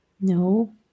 No